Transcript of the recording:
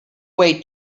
way